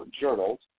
journals